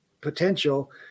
potential